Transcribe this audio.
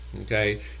Okay